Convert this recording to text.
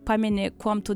pameni kuom tu